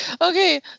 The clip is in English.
Okay